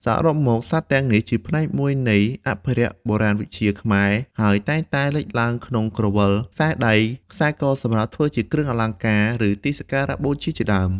សរុបមក សត្វទាំងនេះជាផ្នែកមួយនៃអភិរក្សបុរាណវិជ្ជាខ្មែរ ហើយតែងតែលេចឡើងក្នុងក្រវិល ខ្សែដៃ ខ្សែកសម្រាប់ធ្វើជាគ្រឿងអលង្ការ ឬទីសាការៈបូជាជាដើម។